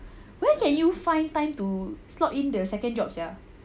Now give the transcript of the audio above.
where can you find time to slot in the second jobs sia